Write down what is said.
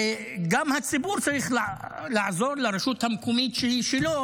וגם הציבור צריך לעזור לרשות המקומית שהיא שלו